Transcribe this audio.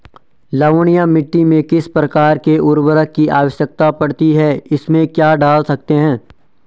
लवणीय मिट्टी में किस प्रकार के उर्वरक की आवश्यकता पड़ती है इसमें क्या डाल सकते हैं?